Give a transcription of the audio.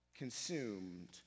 consumed